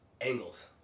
Angles